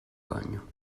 bagno